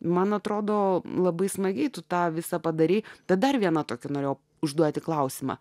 man atrodo labai smagiai tu tą visą padarei bet dar viena tokio norėjau užduoti klausimą